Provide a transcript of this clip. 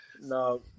no